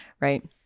right